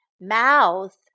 mouth